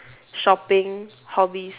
shopping hobbies